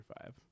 five